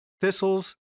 thistles